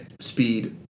speed